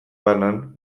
banan